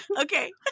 okay